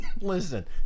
Listen